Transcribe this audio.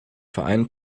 verein